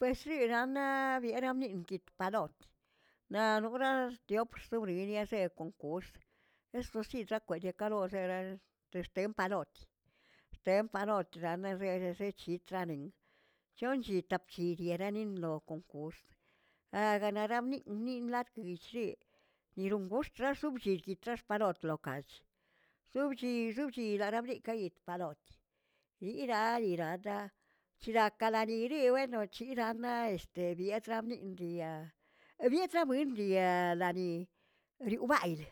Pues sinanna bieraramik padoꞌrk naꞌ norarlə kiopxsawrierirase konkors eso si drakwalo kalosere'e texten palot xten palot xamerene richitlaney chon llit tap lli chishiriniera konkors aganaramniꞌi ni nlat litshi niron goxt raxshobllititxat palot lo kanch xobchi xobchi larableikayik palot, riꞌira riꞌiraꞌda shlak kalaniri wenoch chiramnaꞌ este bietlamni riyaa bietnaꞌ bundiyaa laꞌani riubayli